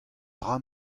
dra